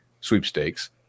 sweepstakes